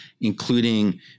including